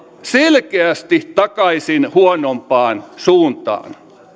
selkeästi takaisin huonompaan suuntaan